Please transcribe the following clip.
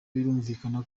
birumvikana